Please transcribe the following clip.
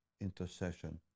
intercession